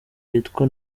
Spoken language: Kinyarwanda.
yitwa